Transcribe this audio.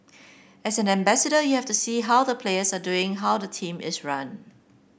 as an ambassador you have to see how the players are doing how the team is run